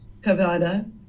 Kavada